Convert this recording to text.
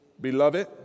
Beloved